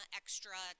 extra